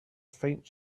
faint